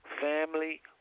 Family